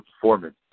performance